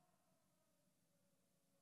איימן,